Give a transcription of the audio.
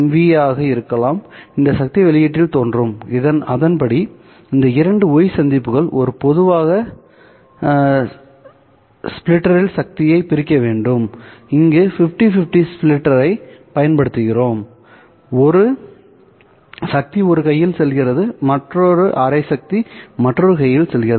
we ஆக இருக்கலாம் இந்த சக்தி வெளியீட்டில் தோன்றும் அதன்படி இந்த இரண்டு ஒய் சந்திப்புகள் ஒரு பொதுவான ஸ்ப்ளிட்டரில் சக்தியைப் பிரிக்க வேண்டும் இங்கு 50 50 ஸ்ப்ளிட்டரைப் பயன்படுத்துகிறோம்சக்தி ஒரு கையில் செல்கிறது மற்றும் அரை சக்தி மற்றொரு கையில் செல்கிறது